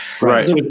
right